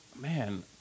Man